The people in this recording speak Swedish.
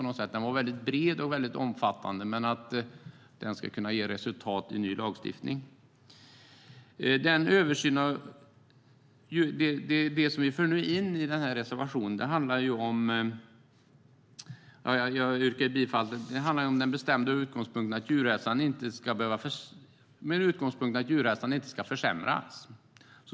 Utredningen var väldigt bred och väldigt omfattande och ska kunna resultera i ny lagstiftning. Det vi tar upp i reservation 4, som jag yrkar bifall till, har den bestämda utgångspunkten att djurhälsan inte ska försämras.